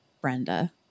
Brenda